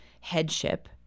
headship